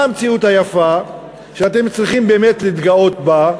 מה המציאות היפה שאתם צריכים באמת להתגאות בה?